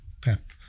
Pep